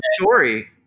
story